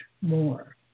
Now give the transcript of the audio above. more